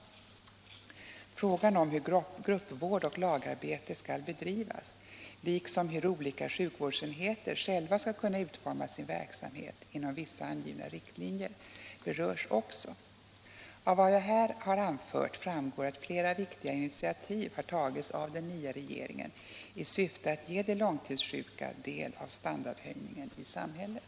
Frågan om hur gruppvård och lagarbete skall bedrivas liksom hur olika sjukvårdsenheter själva skall kunna utforma sin verksamhet inom vissa angivna riktlinjer berörs också. Av vad jag har anfört framgår att flera viktiga initiativ har tagits av den nya regeringen i syfte att ge de långtidssjuka del av standardhöjningen i samhället.